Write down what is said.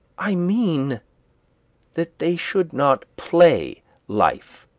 i mean that they should not play life,